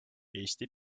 eesti